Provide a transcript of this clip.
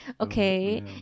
okay